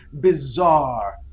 bizarre